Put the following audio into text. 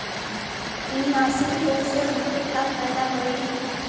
इ मासिक लोन से हमके का फायदा होई?